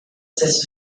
stessa